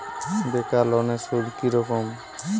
বেকার লোনের সুদ কি রকম?